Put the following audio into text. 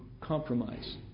compromise